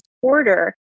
quarter